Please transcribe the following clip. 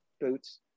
boots